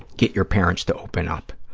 get your parents to open up.